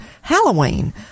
Halloween